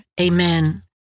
Amen